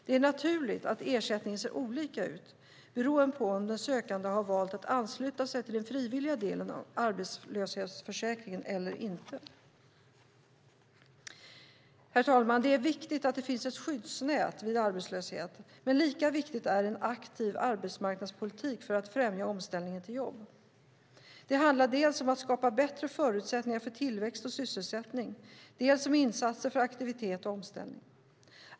Det är naturligt att ersättningen ser olika ut beroende på om den sökande har valt att ansluta sig till den frivilliga delen av arbetslöshetsförsäkringen eller inte. Herr talman! Det är viktigt att det finns ett skyddsnät vid arbetslöshet, men lika viktigt är en aktiv arbetsmarknadspolitik för att främja omställningen till jobb. Det handlar dels om att skapa bättre förutsättningar för tillväxt och sysselsättning, dels om insatser för aktivitet och omställning.